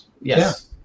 Yes